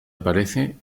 aparece